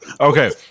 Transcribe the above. Okay